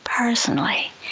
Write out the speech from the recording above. Personally